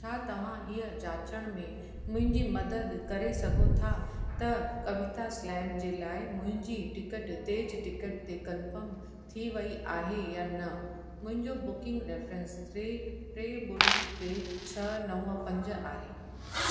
छा तव्हां हीउ जाचण में मुंहिंजी मदद करे सघो था त कविता स्लैम जे लाइ मुंहिंजी टिकट तेजटिकट ते कन्फर्म थी वई आहे या न मुंहिंजो बुकिंग रेफ्रेंस तिरे टे ॿुड़ी टे छह नव पंज आहे